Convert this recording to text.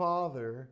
Father